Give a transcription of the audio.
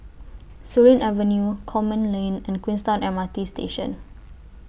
Surin Avenue Coleman Lane and Queenstown M R T Station